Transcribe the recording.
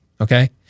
Okay